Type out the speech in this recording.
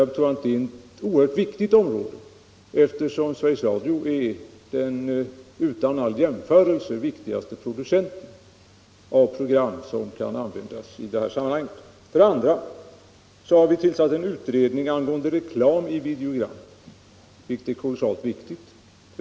Jag tror att det är ett oerhört viktigt område, eftersom Sveriges Radio är den utan jämförelse viktigaste producenten av program som kan användas i detta sammanhang. För det andra har vi tillsatt en utredning angående reklam i videogram, vilket är kolossalt viktigt.